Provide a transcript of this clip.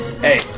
Hey